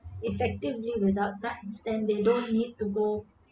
effectively without sight and stand they don't need to go